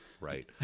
right